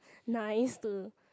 nice stir